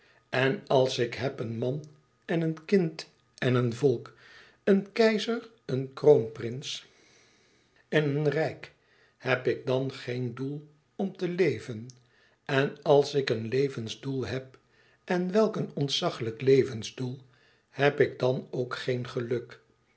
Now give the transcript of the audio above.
en als ik heb een man en een kind en een volk een keizer een kroonprins en een rijk heb ik dan geen doel om te leven en als ik een levensdoel heb en welk een ontzaglijk levensdoel heb ik dan ook geen geluk